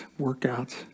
workouts